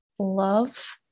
love